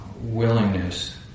willingness